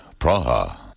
Praha